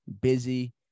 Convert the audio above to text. Busy